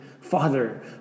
father